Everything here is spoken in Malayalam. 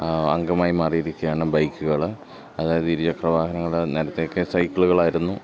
അംഗമായി മാറിയിരിക്കുകയാണ് ബൈക്കുകൾ അതായത് ഇരുചക്ര വാഹനങ്ങൾ നേരത്തെയൊക്കെ സൈക്കിളുകളായിരുന്നു